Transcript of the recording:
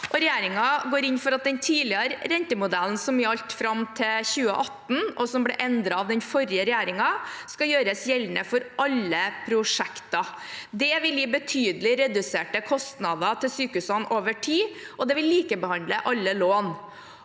Regjeringen går inn for at den tidligere rentemodellen, som gjaldt fram til 2018 og ble endret av den forrige regjeringen, skal gjøres gjeldende for alle prosjekter. Det vil gi betydelig reduserte kostnader til sykehusene over tid, og det vil likebehandle alle lån.